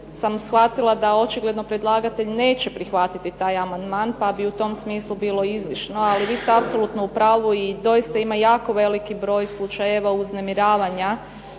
sam shvatila da očigledno predlagatelj neće prihvatiti taj amandman pa bi u tom smislu bilo izlišno, ali vi ste apsolutno u pravu i doista ima jako veliki broj slučajeva uznemiravanja